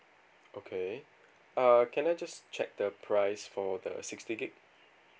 okay err can I just check the price for the sixty gig